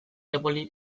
eboli